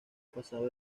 pasaba